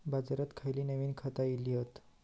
बाजारात खयली नवीन खता इली हत?